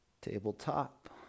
tabletop